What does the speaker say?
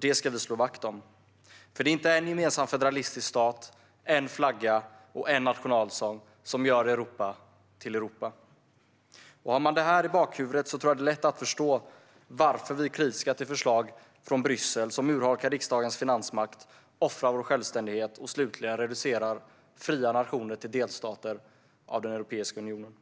Det ska vi slå vakt om, för det är inte en gemensam federalistisk stat, en flagga och en nationalsång som gör Europa till Europa. Har man det här i bakhuvudet tror jag det är lätt att förstå varför vi är kritiska till förslag från Bryssel som urholkar riksdagens finansmakt, offrar vår självständighet och slutligen reducerar fria nationer till delstater av den europeiska unionen.